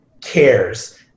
cares